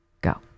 Go